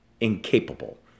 incapable